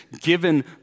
given